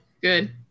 good